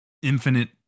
infinite